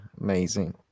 amazing